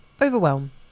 overwhelm